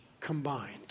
combined